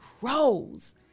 grows